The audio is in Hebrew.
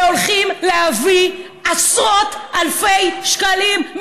הולכים להביא עשרות אלפי שקלים,